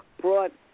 brought